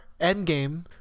Endgame